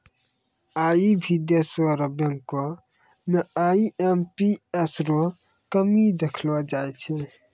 आई भी देशो र बैंको म आई.एम.पी.एस रो कमी देखलो जाय छै